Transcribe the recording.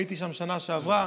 הייתי שם בשנה שעברה.